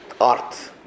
art